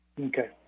okay